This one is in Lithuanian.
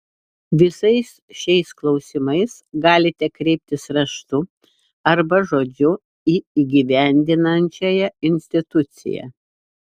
visais šiais klausimais galite kreiptis raštu arba žodžiu į įgyvendinančiąją instituciją